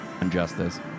injustice